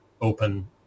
open